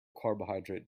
carbohydrate